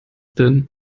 denn